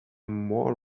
more